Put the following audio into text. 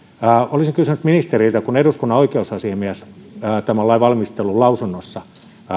olisin kysynyt ministeriltä kun eduskunnan oikeusasiamies tämän lain valmistelun lausunnossa